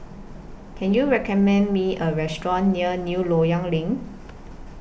Can YOU recommend Me A Restaurant near New Loyang LINK